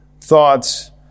thoughts